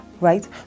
right